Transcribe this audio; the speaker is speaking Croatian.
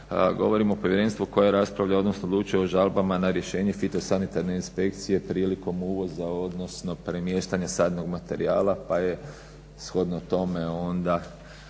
Govorimo o povjerenstvu koje raspravlja, odnosno odlučuje o žalbama na rješenje firosanitarne inspekcije prilikom uvoza, odnosno premještanja sadnog materijala pa je shodno tome onda